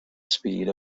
speed